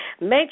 make